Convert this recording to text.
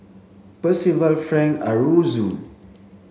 Percival Frank Aroozoo